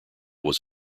was